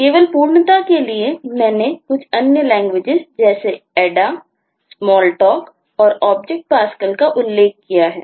केवल पूर्णता के लिए मैंने कुछ अन्य लैंग्वेज कैसे Ada Smalltalk और Object Pascal का उल्लेख किया है